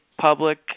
public